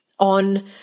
on